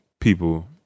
people –